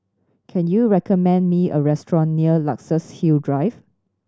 can you recommend me a restaurant near Luxus Hill Drive